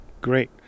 Great